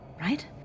right